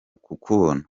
kukubona